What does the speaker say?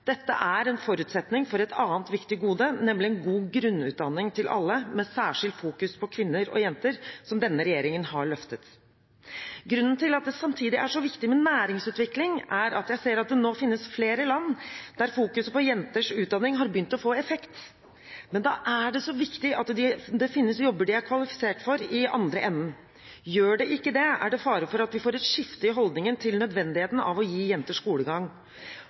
Dette er en forutsetning for et annet viktig gode, nemlig god grunnutdanning for alle, med særskilt vekt på kvinner og jenter, som denne regjeringen har løftet. Grunnen til at det samtidig er så viktig med næringsutvikling, er at jeg ser at det nå finnes flere land der oppmerksomheten om jenters utdanning har begynt å få effekt. Men da er det så viktig at det finnes jobber de er kvalifisert til, i andre enden. Gjør det ikke det, er det fare for at vi får et skifte i holdningen til nødvendigheten av å gi jenter skolegang.